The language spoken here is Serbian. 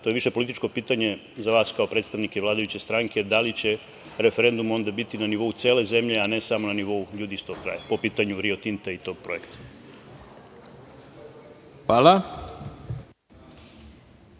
to je više političko pitanje za vas kao predstavnike vladajuće stranke da li će referendum onda biti na nivou cele zemlje, a ne samo na nivou ljudi iz tog kraja, po pitanju „Rio Tinta“ i tog projekta? **Ivica